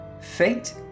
fate